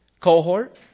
cohort